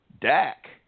Dak